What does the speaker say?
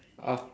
ah